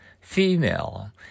Female